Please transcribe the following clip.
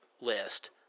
list